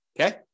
okay